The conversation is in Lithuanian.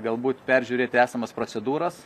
galbūt peržiūrėti esamas procedūras